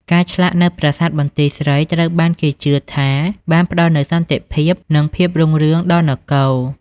ការឆ្លាក់នៅប្រាសាទបន្ទាយស្រីត្រូវបានគេជឿថាបានផ្តល់នូវសន្តិភាព និងភាពរុងរឿងដល់នគរ។